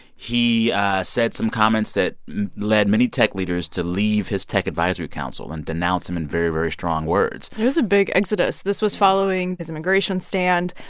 he said some comments that led many tech leaders to leave his tech advisory council and denounce him in very, very strong words there is a big exodus. this was following his immigration stand.